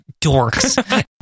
dorks